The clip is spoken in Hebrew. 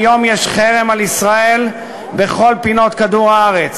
היום יש חרם על ישראל בכל פינות כדור-הארץ,